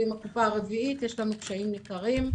ועם הקופה הרביעית יש לנו קשיים ניכרים.